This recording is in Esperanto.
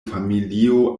familio